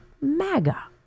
MAGA